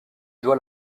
doit